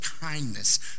kindness